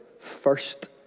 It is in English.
first